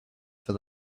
for